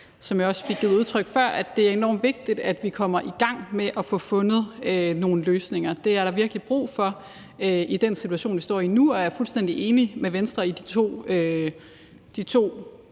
Som jeg også gav udtryk for før, synes jeg, det er enormt vigtigt, at vi kommer i gang med at få fundet nogle løsninger. Det er der virkelig brug for i den situation, vi står i nu, og jeg er fuldstændig enig med Venstre, hvad